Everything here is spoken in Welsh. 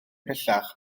bellach